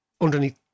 underneath